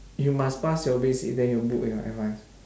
you must pass your basic then you book your advance